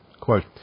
Quote